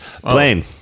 Blaine